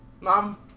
Mom